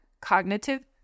cognitive